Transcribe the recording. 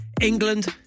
England